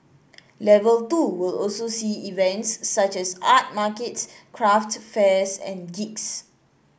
level two will also see events such as art markets craft fairs and gigs